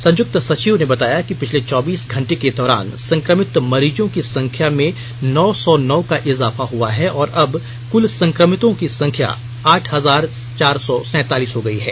संयुक्त सचिव ने बताया कि पिछले चौबीस घंटे के दौरान संक्रमित मरीजों की संख्या में नौ सौ नौ का इजाफा हुआ है और अब कुल संक्रमितों की संख्या आठ हजार चार सौ सैंतालीस हो गयी है